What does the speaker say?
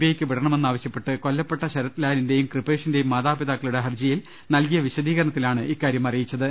ഐയ്ക്ക് വിടണമെന്നാവശ്യപ്പെട്ട് കൊല്ലപ്പെട്ട ശരത് ലാലി ന്റെയും കൃപേഷിന്റെയും മാതാപിതാക്കളുടെ ഹർജിയിൽ നൽകിയ വിശദീകരണത്തിലാണ് ഇക്കാര്യം അറിയിച്ചത്